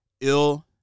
ill